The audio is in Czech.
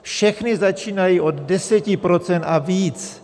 Všechny začínají od 10 % a víc.